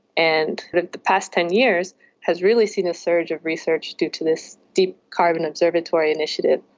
and the past ten years has really seen a surge of research due to this deep carbon observatory initiative.